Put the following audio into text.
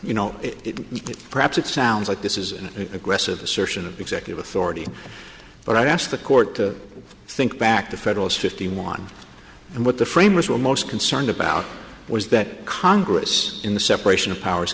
you know it perhaps it sounds like this is an aggressive assertion of executive authority but i ask the court to think back to federalist fifty one and what the framers were most concerned about was that congress in the separation of powers